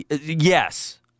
yes